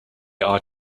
are